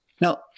Now